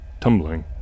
tumbling